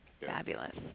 Fabulous